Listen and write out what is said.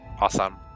awesome